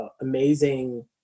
amazing